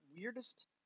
weirdest